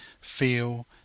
feel